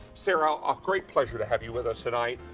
sara ah great pleasure to have you with us tonight.